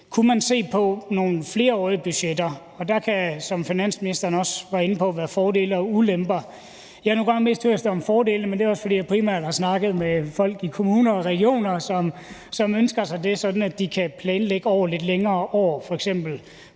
kunne se på nogle flerårige budgetter. Og der kan – som finansministeren også var inde på – være fordele og ulemper. Jeg har nu engang mest hørt om fordelene, men det er også, fordi jeg primært har snakket med folk i kommuner og regioner, som ønsker sig det, sådan at de kan planlægge lidt længere end over